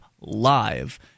live